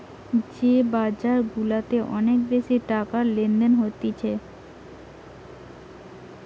যে বাজার গুলাতে অনেক বেশি টাকার লেনদেন হতিছে